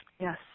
Yes